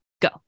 Go